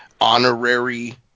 honorary